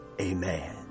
Amen